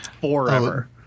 forever